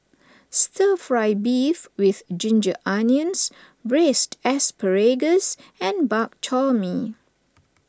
Stir Fry Beef with Ginger Onions Braised Asparagus and Bak Chor Mee